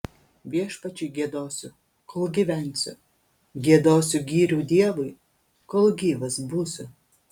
viešpačiui giedosiu kol gyvensiu giedosiu gyrių dievui kol gyvas būsiu